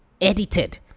edited